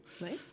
Nice